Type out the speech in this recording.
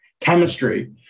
chemistry